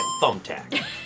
thumbtack